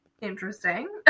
interesting